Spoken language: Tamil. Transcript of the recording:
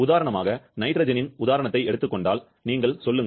உதாரணமாக நைட்ரஜனின் உதாரணத்தை எடுத்துக் கொண்டால் சொல்லுங்கள்